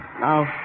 Now